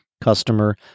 customer